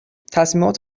تصمیمات